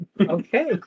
Okay